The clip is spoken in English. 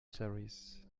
cherries